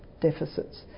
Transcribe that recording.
deficits